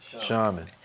Shaman